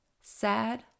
Sad